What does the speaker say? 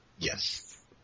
Yes